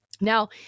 Now